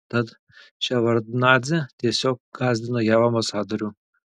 tad ševardnadzė tiesiog gąsdino jav ambasadorių